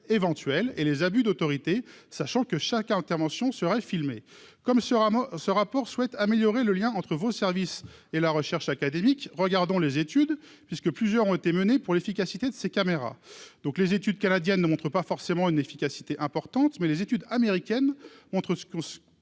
éventuelles et les abus d'autorité, sachant que chaque intervention serait filmé comme ce ce rapport souhaite améliorer le lien entre vos services et la recherche académique, regardons les études puisque plusieurs ont été menées pour l'efficacité de ces caméras, donc les études canadiennes ne montre pas forcément une efficacité importante mais les études américaines entre